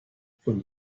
von